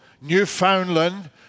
Newfoundland